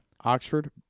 Oxford